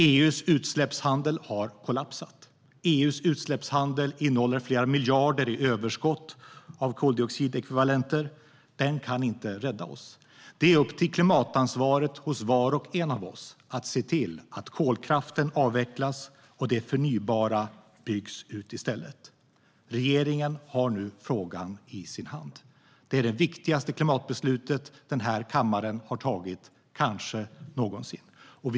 EU:s utsläppshandel har kollapsat. EU:s utsläppshandel innehåller flera miljarder i överskott av koldioxidekvivalenter. Den kan inte rädda oss. Det är upp till klimatansvaret hos var och en av oss att se till att kolkraften avvecklas och det förnybara byggs ut i stället. Regeringen har nu frågan i sin hand. Det är det viktigaste klimatbeslutet den här kammaren kanske någonsin har fattat.